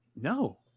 No